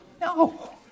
No